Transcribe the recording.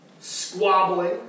squabbling